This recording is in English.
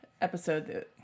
Episode